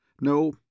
No